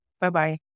Bye-bye